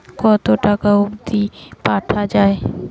কতো টাকা অবধি পাঠা য়ায়?